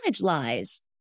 lies